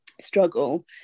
struggle